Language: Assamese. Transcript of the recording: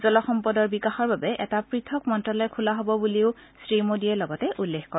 জলসম্পদৰ বিকাশৰ বাবে এটা পৃথক মন্ত্ৰালয় খোলা হ'ব বুলি শ্ৰী মোদীয়ে লগতে উল্লেখ কৰে